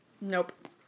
Nope